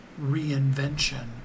reinvention